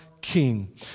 King